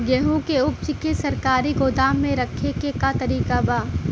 गेहूँ के ऊपज के सरकारी गोदाम मे रखे के का तरीका बा?